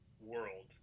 world